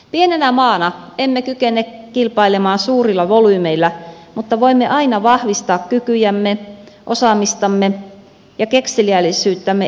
pienenä maana emme kykene kilpailemaan suurilla volyymeillä mutta voimme aina vahvistaa kykyjämme osaamistamme ja kekseliäisyyttämme eri tavoin